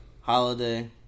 Holiday